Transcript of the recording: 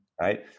right